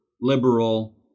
liberal